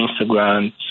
Instagram